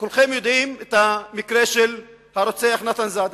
כולכם יודעים את המקרה של הרוצח נתן זאדה,